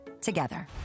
together